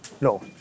No